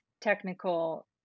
technical